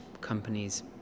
companies